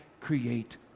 create